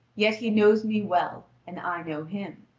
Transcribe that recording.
yet he knows me well and i know him.